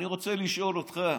אני רוצה לשאול אותך: